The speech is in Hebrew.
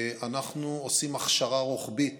אנחנו עושים הכשרה רוחבית